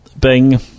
Bing